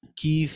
que